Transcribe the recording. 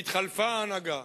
והתחלפה ההנהגה,